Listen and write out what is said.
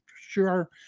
sure